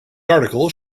article